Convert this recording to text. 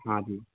हाँ जी